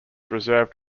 reserved